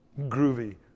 groovy